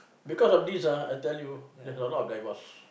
because of this ah I think there's a lot of backlash